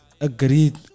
agreed